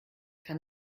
kann